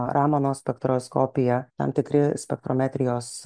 ramano spektroskopija tam tikri spektrometrijos